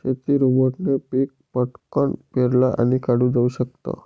शेती रोबोटने पिक पटकन पेरलं आणि काढल जाऊ शकत